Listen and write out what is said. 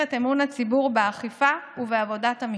את אמון הציבור באכיפה ובעבודת המשטרה.